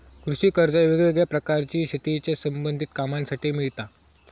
कृषि कर्जा वेगवेगळ्या प्रकारची शेतीच्या संबधित कामांसाठी मिळता